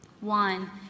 One